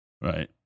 right